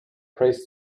prays